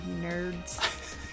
nerds